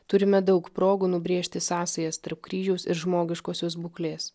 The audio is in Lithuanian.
turime daug progų nubrėžti sąsajas tarp kryžiaus ir žmogiškosios būklės